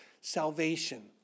salvation